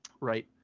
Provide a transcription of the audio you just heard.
right